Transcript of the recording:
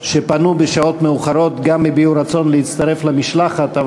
שפנו בשעות מאוחרות וגם הביעו רצון להצטרף למשלחת,